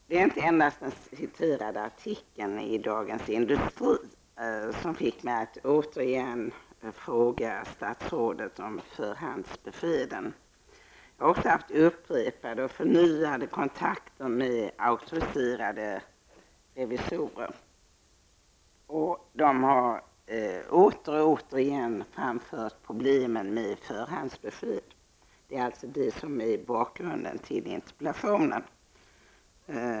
Det är inte endast den citerade artikeln i Dagens Industri som fick mig att åter fråga statsrådet om förhandsbeskeden. Jag har haft upprepade och förnyade kontakter med auktoriserade revisorer. De har återigen påpekat problemen med förhandsbesked. Detta är alltså bakgrunden till interpellationen.